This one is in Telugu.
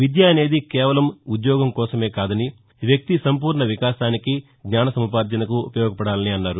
విద్య అనేది కేవలం ఉద్యోగం కోసమే కాదని వ్యక్తి సంపూర్ణ వికాసానికి జ్ఞానసముపార్ణనకు ఉపయోగపడాలని అన్నారు